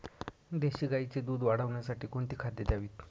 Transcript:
देशी गाईचे दूध वाढवण्यासाठी कोणती खाद्ये द्यावीत?